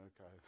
Okay